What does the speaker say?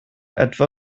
etwa